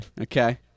okay